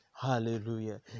Hallelujah